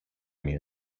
mir